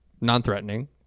non-threatening